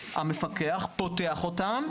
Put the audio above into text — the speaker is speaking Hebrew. המפקח פותח אותן,